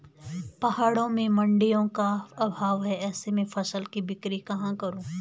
पहाड़ों में मडिंयों का अभाव है ऐसे में फसल की बिक्री कहाँ करूँ?